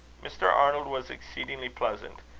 mr. arnold was exceedingly pleasant,